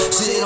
Sit